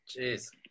Jeez